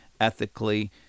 ethically